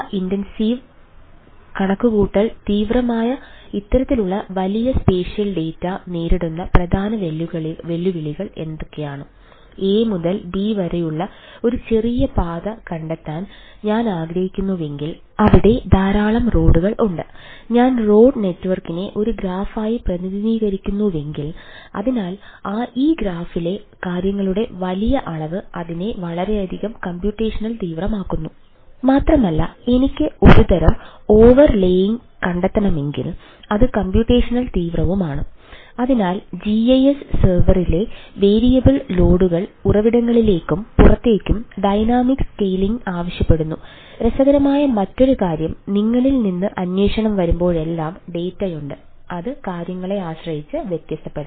ഇവ വ്യത്യസ്ത ഘടകങ്ങളാണ് ഡാറ്റാ ഇന്റൻസീവ്യുണ്ട് അത് കാര്യങ്ങളെ ആശ്രയിച്ച് വ്യത്യാസപ്പെടാം